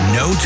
no